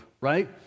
right